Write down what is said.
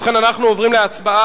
ובכן, אנחנו עוברים להצבעה.